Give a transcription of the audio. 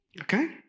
okay